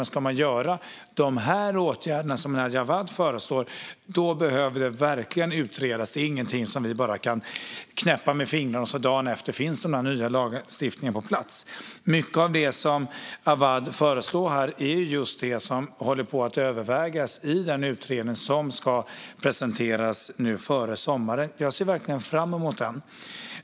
Men ska man göra de åtgärder som Nadja Awad föreslår behöver det verkligen utredas. Det är ingenting som vi bara kan knäppa med fingrarna med, och dagen efter finns lagstiftningen på plats. Mycket av det Awad här föreslår är just det som håller på att övervägas i den utredning som ska presenteras nu före sommaren. Jag ser verkligen fram emot den.